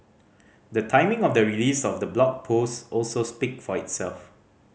the timing of the release of the blog post also speak for itself